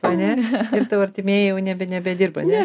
ane ir tavo artimieji jau nebe nebedirba ne